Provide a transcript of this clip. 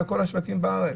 כל השווקים בארץ,